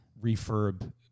refurb